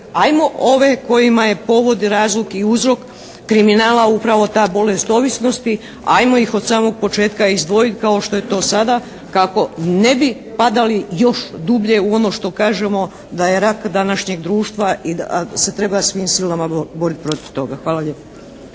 Ajmo ove kojima je povod i razlog i uzrok kriminala upravo ta bolest ovisnosti, ajmo ih od samog početka izdvojiti kao što je to sada kako ne bi padali još dublje u ono što kažemo da je rak današnjeg društva i da se treba svim silama boriti protiv toga. Hvala lijepa.